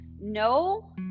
no